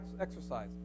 exercise